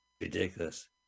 ridiculous